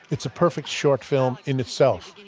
it's a perfect short film in itself